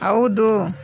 ಹೌದು